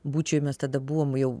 būčioj mes tada buvom jau